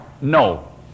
No